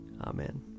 Amen